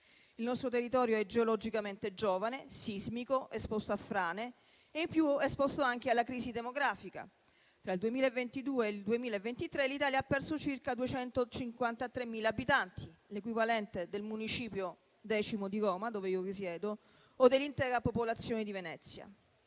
Il nostro territorio è geologicamente giovane, sismico, esposto a frane e anche alla crisi demografica: tra il 2022 e il 2023, l'Italia ha perso circa 253.000 abitanti, l'equivalente del Municipio X di Roma, dove io risiedo, o dell'intera popolazione di Venezia.